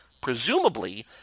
presumably